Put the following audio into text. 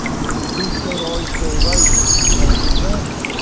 if things don't always go right, people understand that.